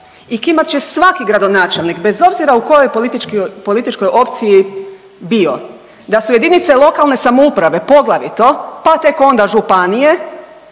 i kimat će svaki gradonačelnik bez obzira u kojoj političkoj opciji bio da su jedinice lokalne samouprave poglavito, pa tek onda županije